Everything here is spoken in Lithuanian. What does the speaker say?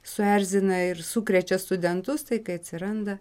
suerzina ir sukrečia studentus tai kai atsiranda